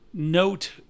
Note